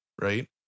right